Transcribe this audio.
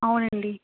అవునండి